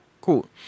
Cool